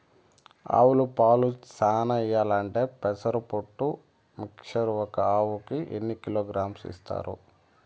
ఆవులు పాలు చానా ఇయ్యాలంటే పెసర పొట్టు మిక్చర్ ఒక ఆవుకు ఎన్ని కిలోగ్రామ్స్ ఇస్తారు?